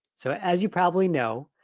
so as you probably know,